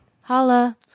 Holla